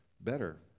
better